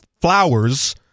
flowers